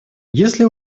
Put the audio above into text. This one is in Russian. если